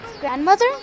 Grandmother